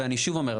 ואני שוב אומר,